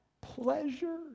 Pleasure